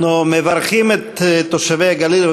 אנחנו מברכים את תושבי הגליל.